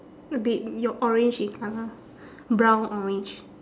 a bit ye~ orange in colour brown orange